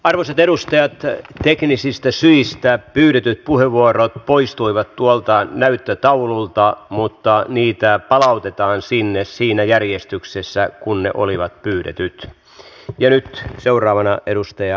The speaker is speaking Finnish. arvoisat edustajat teknisistä syistä pyydetyt puheenvuorot poistuivat tuolta näyttötaululta mutta niitä palautetaan sinne siinä järjestyksessä kuin ne oli pyydetty